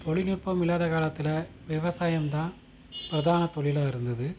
தொழில்நுட்பம் இல்லாத காலத்தில் விவசாயம்தான் பிரதான தொழிலா இருந்தது